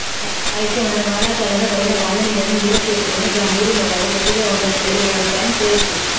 అయితే మనం వానాకాలంలో పడిన వాననీళ్లను నిల్వసేసుకొని గా నీరును వాడి గట్టిగా వున్న నేలలో యవసాయం సేయచ్చు